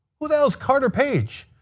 who the hell is carter page?